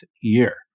year